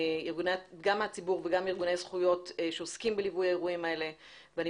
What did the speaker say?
גם מהציבור וגם ארגוני זכויות שעוסקים בליווי האירועים האלה ואני